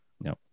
no